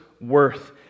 worth